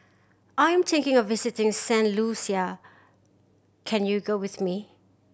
I'm thinking of visiting Saint Lucia can you go with me